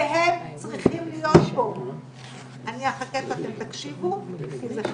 שהם צריכים להיות פה ואנחנו צריכים להבין איך הם עובדים,